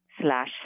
slash